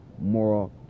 moral